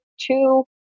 two